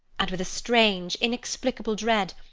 and with a strange, inexplicable dread,